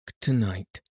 tonight